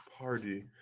party